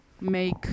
make